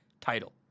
title